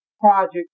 project